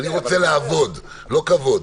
אני רוצה לעבוד, לא כבוד.